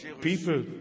people